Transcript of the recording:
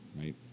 right